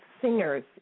Singers